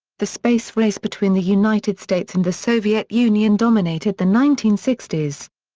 the space race between the united states and the soviet union dominated the nineteen sixty s.